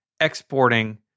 exporting